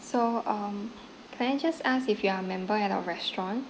so um can I just ask if you are a member at our restaurant